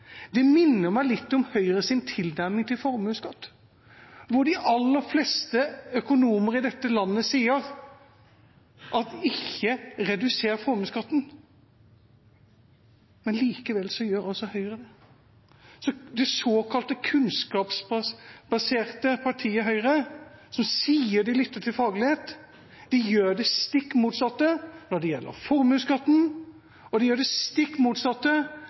Det minner meg litt om Høyres tilnærming til formuesskatt. De aller fleste økonomer i dette landet sier at man ikke bør redusere formuesskatten, men likevel gjør altså Høyre det. Så det såkalte kunnskapsbaserte partiet Høyre, som sier de lytter til faglighet, gjør det stikk motsatte når det gjelder formuesskatten, og de gjør det stikk motsatte